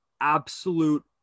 absolute